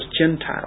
Gentile